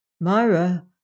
Myra